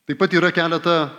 taip pat yra keletą